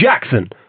Jackson